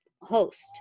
host